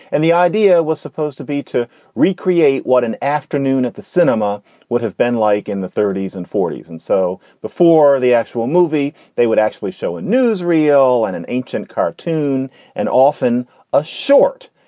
and the idea was supposed to be to recreate what an afternoon at the cinema would have been like in the thirty s and forty s. and so before the actual movie, they would actually show a newsreel and an ancient cartoon and often a short.